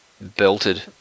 belted